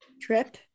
trip